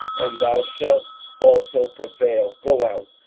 and thou shalt also prevail go out,